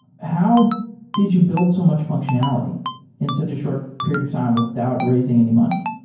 how did you build so much functionality in such a short period of time without raising any money?